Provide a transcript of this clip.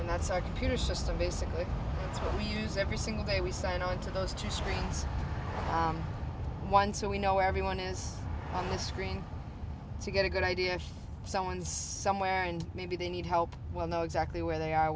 and that's our computer system basically use every single day we sign on to those two screens one so we know everyone is on the screen to get a good idea someone somewhere and maybe they need help well know exactly where they are